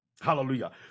hallelujah